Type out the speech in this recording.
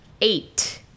Eight